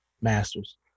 masters